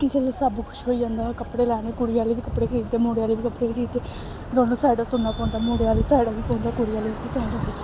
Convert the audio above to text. जेल्लै सब कुछ होई जंदा कपड़े लैने कुड़ी आह्लें बी कपड़े खरीददे मुड़े आह्ले बी कपड़े खरीददे दोनों साइडा दा सुन्ना पौंदा मुड़े आह्ली साइडा दा बी पौंदा कुड़ी आह्ली साइडा दा बी पौंदा